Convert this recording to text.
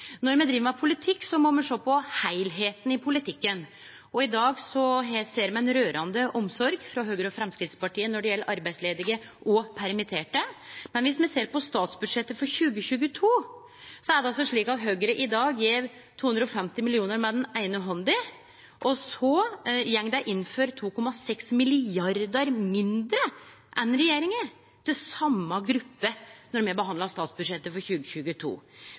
Når me driv med politikk, må me sjå på heilskapen i politikken. I dag ser me ei rørande omsorg frå Høgre og Framstegspartiet når det gjeld arbeidsledige og permitterte, men viss me ser på statsbudsjettet for 2022, er det altså slik at Høgre i dag gjev 250 mill. kr med den eine handa, og så gjekk dei inn for 2,6 mrd. kr mindre enn regjeringa til same gruppe då me behandla statsbudsjettet for 2022